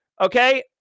Okay